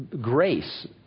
grace